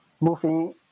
moving